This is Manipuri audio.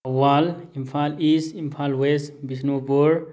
Thoubal Imphal east Imphal west Bishnupur